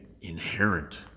inherent